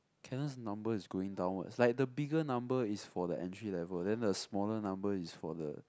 Canon's number is going downwards like the bigger number is for the entry level then the smaller number is for the